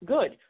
Good